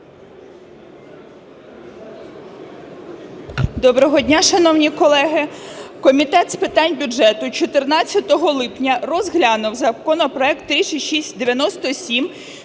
Доброго дня, шановні колеги! Комітет з питань бюджету 14 липня розглянув законопроект 3697